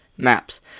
maps